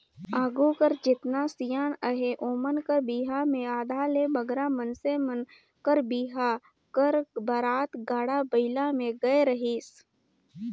आघु कर जेतना सियान अहे ओमन कर बिहा मे आधा ले बगरा मइनसे मन कर बिहा कर बरात गाड़ा बइला मे गए रहिस